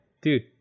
dude